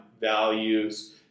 values